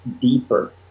deeper